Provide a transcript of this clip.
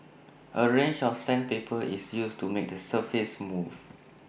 A range of sandpaper is used to make the surface smooth